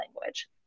language